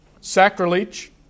sacrilege